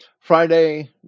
Friday